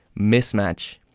mismatch